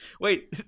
Wait